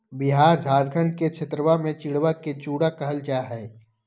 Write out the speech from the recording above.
बिहार झारखंड के क्षेत्रवा में चिड़वा के चूड़ा कहल जाहई